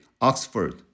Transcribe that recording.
Oxford